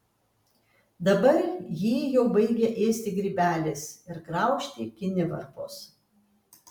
dabar jį jau baigia ėsti grybelis ir graužti kinivarpos